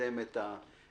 לקדם את התהליך.